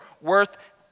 worth